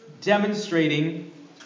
demonstrating